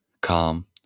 calm